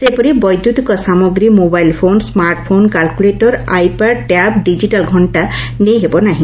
ସେହିପରି ବୈଦ୍ୟୁତିକ ସାଭଗ୍ରୀ mobile phone smart phone calculator iPad tab digital ଘକ୍କା ନେଇ ହେବ ନାହି